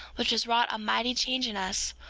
which has wrought a mighty change in us,